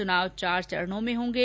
चुनाव चार चरणों में होंगे